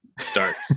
starts